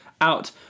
out